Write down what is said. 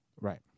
right